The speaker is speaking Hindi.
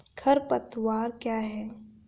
खरपतवार क्या है?